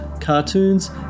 cartoons